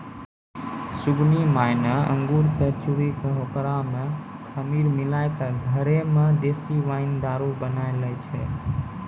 सुगनी माय न अंगूर कॅ चूरी कॅ होकरा मॅ खमीर मिलाय क घरै मॅ देशी वाइन दारू बनाय लै छै